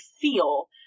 feel